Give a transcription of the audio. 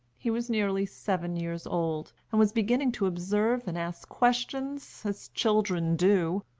he was nearly seven years old, and was beginning to observe and ask questions, as children do.